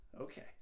Okay